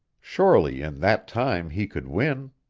surely in that time he could win.